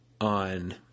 on